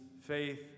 faith